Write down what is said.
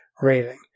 rating